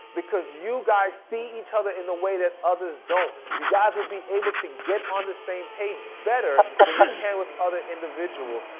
because you guys see each other in the way that others don't. you guys will be able to get on the same page better than you can with other individuals.